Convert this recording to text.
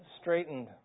straightened